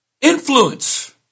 influence